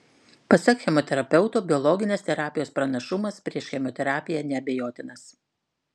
pasak chemoterapeuto biologinės terapijos pranašumas prieš chemoterapiją neabejotinas